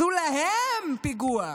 עשו להם פיגוע.